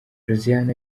josiane